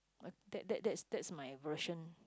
uh that that that's that's my version